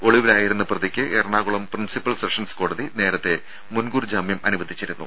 ഒളിവിലായിരുന്ന പ്രതിക്ക് Ernakulam principal sessions കോടതി നേരത്തെ മുൻകൂർ ജാമ്യം അനുവദിച്ചിരുന്നു